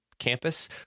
campus